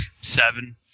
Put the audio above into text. seven